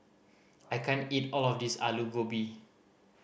I can't eat all of this Alu Gobi